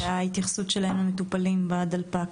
ההתייחסות שלהם למטופלים בדלפק.